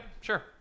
sure